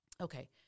Okay